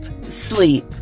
sleep